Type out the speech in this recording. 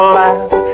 laugh